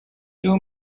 too